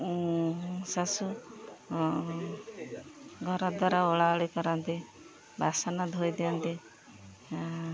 ଶାଶୁ ଘର ଦ୍ୱାରା ଅଳା ଅଳି କରନ୍ତି ବାସନ ଧୋଇଦିଅନ୍ତି